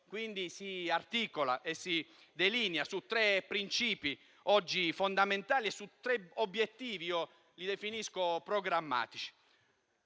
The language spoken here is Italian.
quindi si articola e si delinea su tre principi fondamentali e su tre obiettivi che definisco programmatici.